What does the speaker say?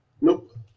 Nope